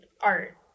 art